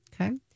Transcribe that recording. Okay